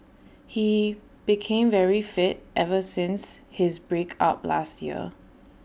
he became very fit ever since his break up last year